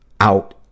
out